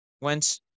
went